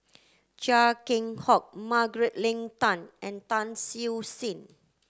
Chia Keng Hock Margaret Leng Tan and Tan Siew Sin